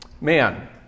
Man